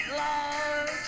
love